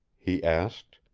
he asked,